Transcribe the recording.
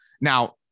Now